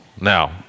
now